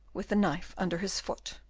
with the knife under his foot.